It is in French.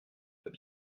doit